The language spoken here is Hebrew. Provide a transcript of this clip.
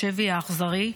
בשבי האכזרי,